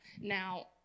Now